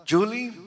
Julie